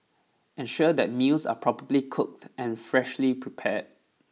ensure that meals are properly cooked and freshly prepared